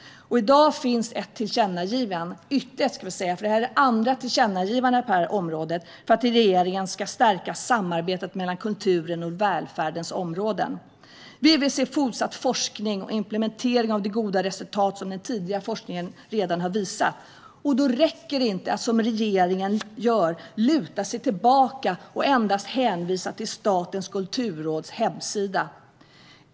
I dag finns ett tillkännagivande - ytterligare ett, ska jag säga, för det är det andra tillkännagivandet på området - om att regeringen ska stärka samarbetet mellan kulturens och välfärdens områden. Vi vill se fortsatt forskning och implementering av de goda resultat som den tidigare forskningen redan har visat. Då räcker det inte att som regeringen gör luta sig tillbaka och endast hänvisa till Statens kulturråds hemsida.